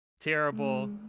terrible